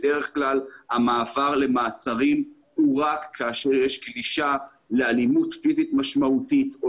בדרך כלל המעבר למעצרים הוא רק כאשר יש גלישה לאלימות פיזית משמעותית או